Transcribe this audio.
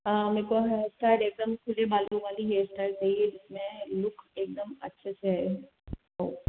मेरे को hair style एकदम खुले बालों वाली हेयर स्टाइल चाहिए जिसमें लुक एकदम अच्छे से आए